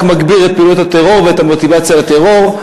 מגביר את פעילות הטרור ואת המוטיבציה לטרור.